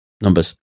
numbers